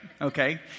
Okay